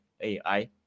AI